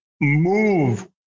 move